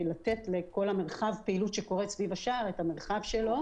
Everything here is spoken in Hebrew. לתת לכל מרחב הפעילות שקורה סביב השער את המרחב שלו.